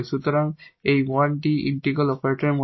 সুতরাং এই 1 𝐷 ইন্টিগ্রাল অপারেটরের মত